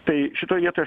tai šitoje vietoj aš